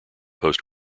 post